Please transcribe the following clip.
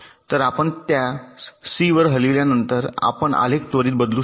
तर आपण त्यास सी वर हलविल्यानंतर आपला आलेख त्वरित बदलू शकेल